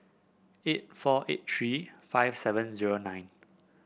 eight four eight tree five seven zero nine